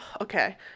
okay